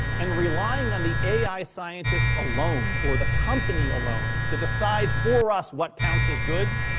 and relying on the ai scientists alone or the company alone, to decide for us what counts as good,